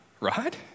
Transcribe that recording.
Right